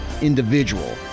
individual